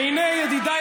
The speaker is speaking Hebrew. והינה, ידידיי